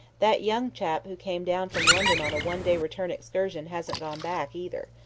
that young chap who came down from london on a one-day return excursion, hasn't gone back, either.